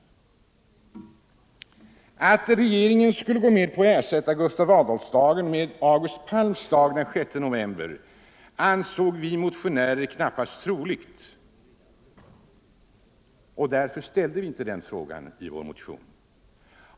Att regeringen skulle gå med på att ersätta Gustav Adolfsdagen med August Palms dag den 6 november ansåg vi motionärer knappast troligt. Därför ställde vi inte det kravet i vår motion.